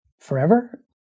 forever